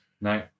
No